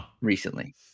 recently